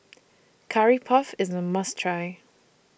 Curry Puff IS A must Try